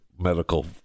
Medical